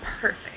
Perfect